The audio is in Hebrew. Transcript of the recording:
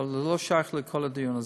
אבל זה לא שייך לכל הדיון הזה.